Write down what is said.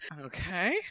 Okay